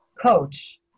coach